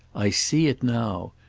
i see it now.